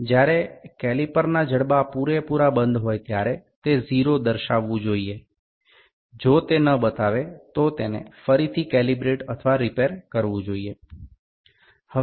যখন ক্যালিপারের বাহু পুরোপুরি বন্ধ হয়ে যায় এটি ০ টি নির্দেশ কর উচিত যদি এটি তা না করে তাহলে এটি অবশ্যই আবার ক্রমাঙ্কন করতে হবে অথবা মেরামত করতে হবে